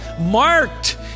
marked